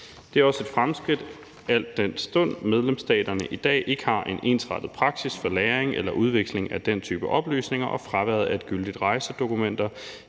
Det er også et fremskridt, al den stund at medlemsstaterne i dag ikke har en ensrettet praksis for lagring eller udveksling af den type oplysninger, og fraværet af gyldige rejsedokumenter